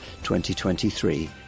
2023